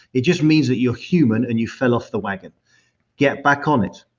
it just means that you're human and you fell off the wagon get back on it.